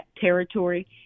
territory